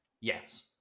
yes